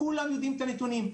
כולם יודעים את הנתונים.